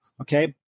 Okay